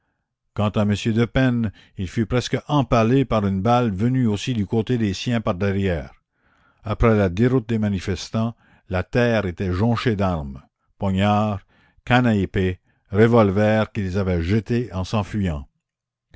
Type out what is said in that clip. quant à m de pène il fut presque empalé par une balle venue aussi du côté des siens par derrière la commune après la déroute des manifestants la terre était jonchée d'armes poignards cannes à épée revolvers qu'ils avaient jetés en s'enfuyant